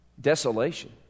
Desolation